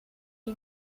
die